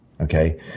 Okay